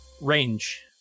Range